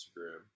Instagram